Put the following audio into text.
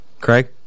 Craig